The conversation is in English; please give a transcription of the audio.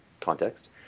context